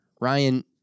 Ryan